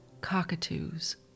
cockatoos